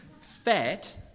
Fat